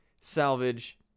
salvage